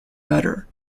better